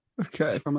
Okay